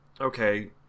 okay